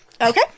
Okay